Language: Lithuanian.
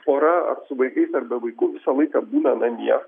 pora ar su vaikais ar be vaikų visą laiką būna namie